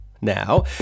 Now